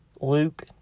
Luke